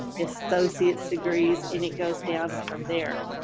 associate's degrees, and it goes down from there.